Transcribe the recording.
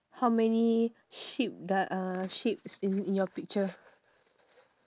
how many sheep d~ uh sheeps in in your picture